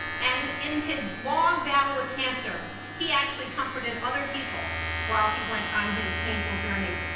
and in his long battle with cancer he actually comforted other people while he went on his painful journey.